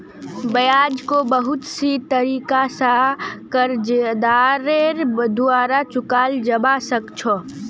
ब्याजको बहुत से तरीका स कर्जदारेर द्वारा चुकाल जबा सक छ